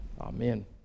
Amen